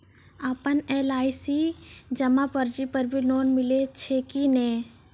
आपन एल.आई.सी जमा पर्ची पर भी लोन मिलै छै कि नै?